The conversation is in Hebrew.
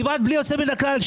כמעט בלי יוצא מן הכלל,